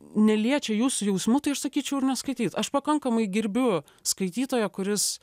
neliečia jūs jausmų tai aš sakyčiau ir neskaityt aš pakankamai gerbiu skaitytoją kuris